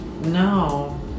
no